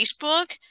Facebook